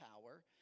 power